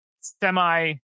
semi